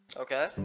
Okay